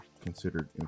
considered